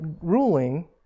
ruling